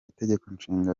itegekonshinga